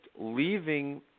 leaving